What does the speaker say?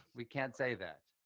we can't say that.